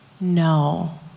no